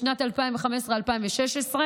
בשנת 2015 2016,